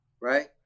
right